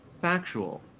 factual